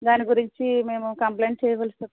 దాని గురించి మేము కంప్లైంట్ చేయవలసి వస్తుంది